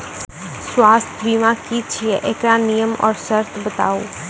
स्वास्थ्य बीमा की छियै? एकरऽ नियम आर सर्त बताऊ?